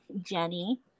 Jenny